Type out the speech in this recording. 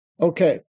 Okay